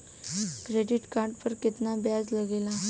Credit card पर कितना ब्याज लगेला?